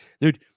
dude